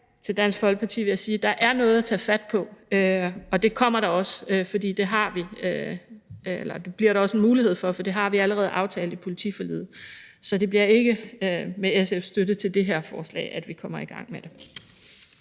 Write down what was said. til Dansk Folkeparti, at der er noget at tage fat på, og det gør vi også, for det har vi allerede aftalt i politiforliget. Så det bliver ikke med SF's støtte til det her forslag, at vi kommer i gang med det.